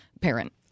parent